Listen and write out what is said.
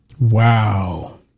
Wow